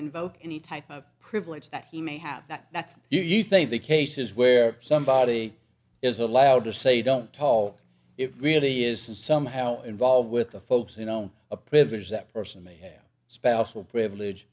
invoke any type of privilege that he may have that that's you think the cases where somebody is allowed to say don't talk it really isn't somehow involved with the folks you know a privilege that person may have spousal privilege